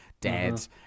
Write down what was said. dead